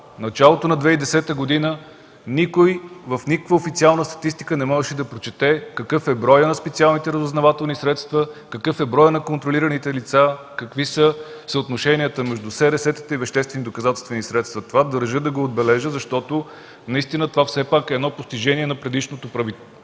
началото на 2010 г., никой, в никаква официална статистика не можеше да прочете какъв е броят на специалните разузнавателни средства, какъв е броят на контролираните лица, какви са съотношенията между СРС-тата и веществените доказателствени средства. Държа да отбележа това, защото то е постижение на предишното правителство